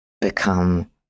become